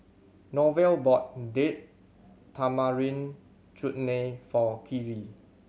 Norval bought Date Tamarind Chutney for Karri